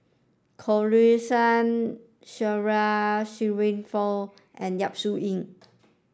Khatijah Surattee Shirin Fozdar and Yap Su Yin